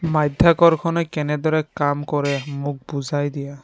মাধ্যাকৰ্ষণে কেনেদৰে কাম কৰে মোক বুজাই দিয়া